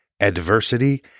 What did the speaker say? adversity